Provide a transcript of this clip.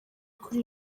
kuri